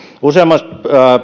useammassa